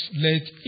let